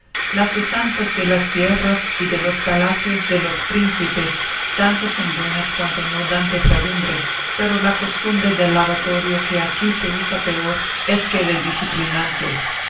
las usanzas de las tierras y de los palacios de los príncipes tanto son buenas cuanto no dan pesadumbre pero la costumbre del lavatorio que aquí se usa peor es que de